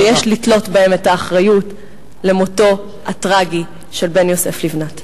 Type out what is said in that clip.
ויש לתלות בהם את האחריות למותו הטרגי של בן יוסף לבנת.